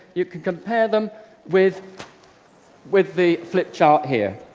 you can compare them with with the flip chart here.